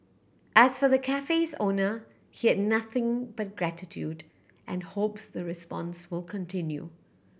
as for the cafe's owner he had nothing but gratitude and hopes the response will continue